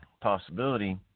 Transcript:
Possibility